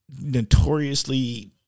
notoriously